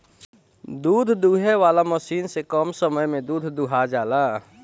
दूध दूहे वाला मशीन से कम समय में दूध दुहा जाला